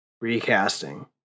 recasting